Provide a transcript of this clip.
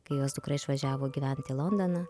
kai jos dukra išvažiavo gyvent į londoną